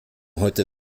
heute